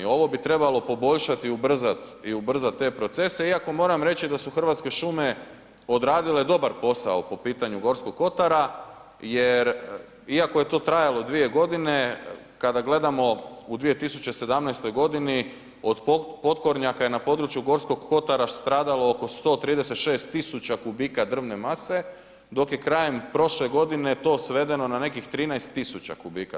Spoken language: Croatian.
Ovo bi trebalo poboljšati i ubrzati te procese iako moram reći da su Hrvatske šume odradile dobar posao po pitanju Gorskog kotara jer iako je to trajalo 2 godine kada gledamo u 2017. godini od potkornjaka je na području Gorskog kotara stradalo oko 136 tisuća kubika drvne mase dok je krajem prošle godine to svedeno na nekih 13 tisuća kubika.